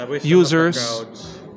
users